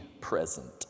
present